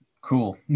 Cool